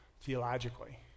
theologically